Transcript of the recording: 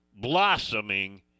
blossoming